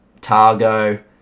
Targo